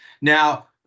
now